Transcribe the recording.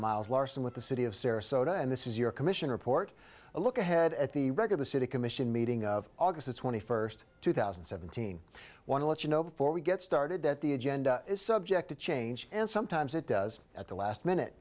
miles larson with the city of sarasota and this is your commission report a look ahead at the wreck of the city commission meeting of august twenty first two thousand and seventeen want to let you know before we get started that the agenda is subject to change and sometimes it does at the last minute